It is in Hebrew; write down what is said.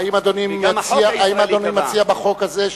האם אדוני מציע בחוק הזה,